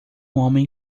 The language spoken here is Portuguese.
homem